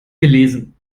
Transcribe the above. gelesen